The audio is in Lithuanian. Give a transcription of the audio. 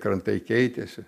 krantai keitėsi